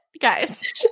Guys